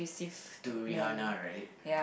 to Rihanna right